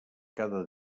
cada